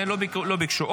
לא ביקשו.